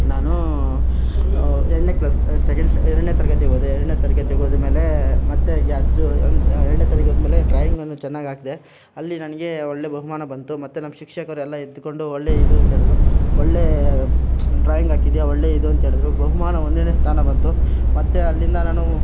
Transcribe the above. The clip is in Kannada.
ನಾನು ಎರಡನೇ ಕ್ಲಾಸ್ ಸೆಕೆಂಡ್ ಸ್ಟ್ಯಾ ಎರಡನೇ ತರಗತಿಗೋದೆ ಎರಡನೇ ತರಗತಿಗೋದ ಮೇಲೆ ಮತ್ತೆ ಗ್ಯಾಸು ಅಂದು ಎರಡನೇ ತರಗತಿಗೋದ್ಮೇಲೆ ಡ್ರಾಯಿಂಗನ್ನು ಚೆನ್ನಾಗಾಕ್ದೆ ಅಲ್ಲಿ ನನಗೆ ಒಳ್ಳೆ ಬಹುಮಾನ ಬಂತು ಮತ್ತು ನಮ್ಮ ಶಿಕ್ಷಕರೆಲ್ಲ ಇದ್ದುಕೊಂಡು ಒಳ್ಳೆ ಇದು ಅಂತೇಳಿದ್ರು ಒಳ್ಳೆ ಡ್ರಾಯಿಂಗಾಕಿದಿಯ ಒಳ್ಳೆ ಇದು ಅಂತೇಳಿದ್ರು ಬಹುಮಾನ ಒಂದನೇ ಸ್ಥಾನ ಬಂತು ಮತ್ತು ಅಲ್ಲಿಂದ ನಾನು